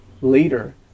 later